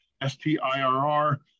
S-T-I-R-R